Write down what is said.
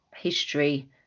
history